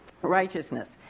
righteousness